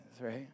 right